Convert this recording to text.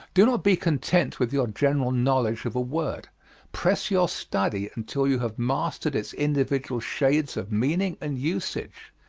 do not be content with your general knowledge of a word press your study until you have mastered its individual shades of meaning and usage.